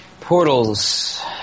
Portals